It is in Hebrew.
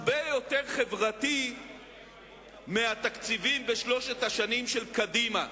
הרבה יותר חברתי מהתקציבים בשלוש השנים של קדימה.